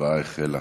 ההצבעה החלה.